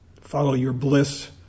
follow-your-bliss